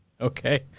Okay